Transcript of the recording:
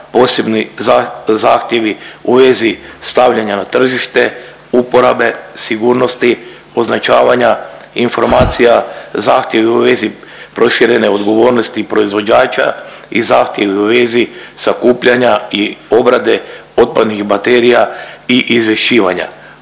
posebni zahtjevi u vezi stavljanja na tržište, uporabe, sigurnosti, označavanja informacija zahtjevi u vezi proširene odgovornosti proizvođača i zahtjevi u vezi sakupljanja i obrade otpadnih baterija i izvješćivanja,